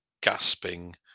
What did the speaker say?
gasping